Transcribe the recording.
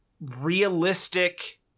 realistic